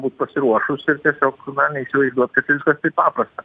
būt pasiruošus ir tiesiog neįsivaizduot kad tai viskas taip paprasta